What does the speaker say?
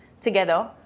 together